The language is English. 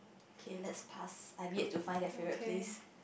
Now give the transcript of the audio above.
okay let's pass I weird to find that favourite place